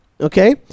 Okay